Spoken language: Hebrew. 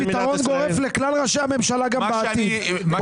פתרון גורף לכלל ראשי הממשלה גם בעתיד,